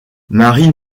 marie